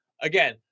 again